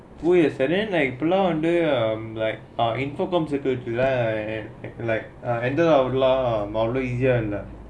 yes and then like இப்பே எல்லாம்:ippe ellaam under like um infocommunication situation like அவளோ:avalo easy ah இல்லே:illae